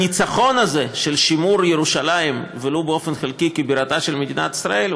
הניצחון הזה של שימור ירושלים כבירתה של מדינת ישראל,